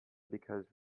because